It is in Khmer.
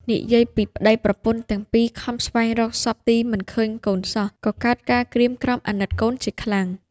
និយាយពីប្ដីប្រពន្ធទាំងពីរខំស្វែងរកសព្វទីមិនឃើញកូនសោះក៏កើតការក្រៀមក្រំអាណិតកូនជាខ្លាំង។